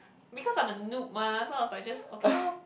because I'm a noob mah so I was like just okay lor